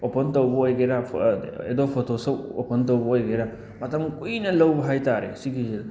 open ꯇꯧꯕ ꯑꯣꯏꯒꯦꯔꯥ Adobe Photoshop open ꯇꯧꯕ ꯑꯣꯏꯒꯦꯔꯥ ꯃꯇꯝ ꯀꯨꯏꯅ ꯂꯧꯕ ꯍꯥꯏꯇꯥꯔꯦ ꯁꯤꯒꯤ